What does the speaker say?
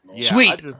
Sweet